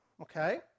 okay